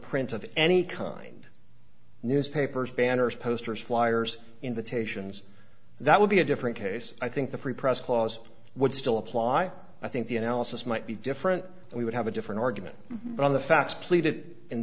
prints of any kind newspapers banners posters flyers invitations that would be a different case i think the free press clause would still apply i think the analysis might be different we would have a different argument but on the facts pleaded in